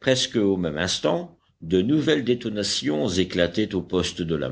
presque au même instant de nouvelles détonations éclataient au poste de la